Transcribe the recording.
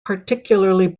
particularly